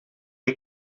een